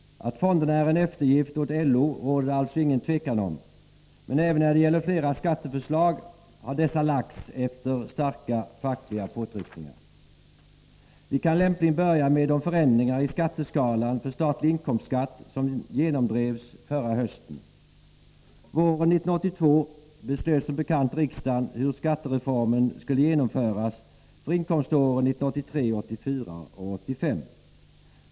Att fonderna är en eftergift åt LO råder det alltså inget tvivel om, men även flera andra skatteförslag har lagts fram efter starka fackliga påtryckningar. Vi kan lämpligen börja med de förändringar i skatteskalan för statlig inkomstskatt som genomdrevs förra hösten. Våren 1982 beslöt som bekant riksdagen hur skattereformen skulle genomföras för inkomståren 1983, 1984 och 1985.